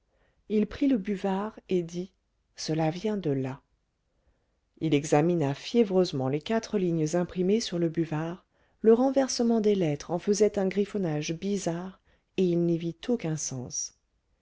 il prit le buvard et dit cela vient de là il examina fiévreusement les quatre lignes imprimées sur le buvard le renversement des lettres en faisait un griffonnage bizarre et il n'y vit aucun sens